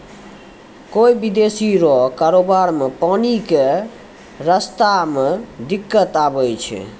कोय विदेशी रो कारोबार मे पानी के रास्ता मे दिक्कत आवै छै